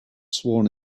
sworn